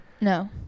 No